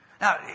Now